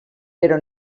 però